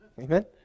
Amen